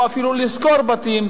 או אפילו לשכור בתים,